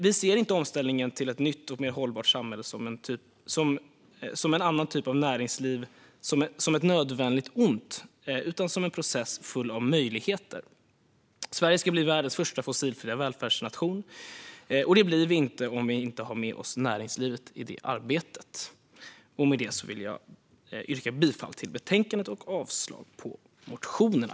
Vi ser inte omställningen till ett nytt och mer hållbart samhälle som ett nödvändigt ont utan som en process full av möjligheter. Sverige ska bli världens första fossilfria välfärdsnation, och det blir inte Sverige om vi inte har med oss näringslivet i arbetet. Jag yrkar bifall till förslaget i betänkandet och avslag på motionerna.